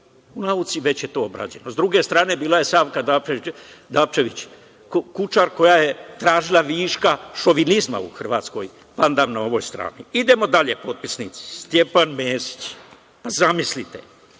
U nauci već je to obrađeno. Sa druge strane, bila je Savka Dabčević Kučar koja je tražila viška šovinizma u Hrvatskoj, pandan na ovoj strani. Idemo dalje s potpisnicima, Stjepan Mesić, pa zamislite,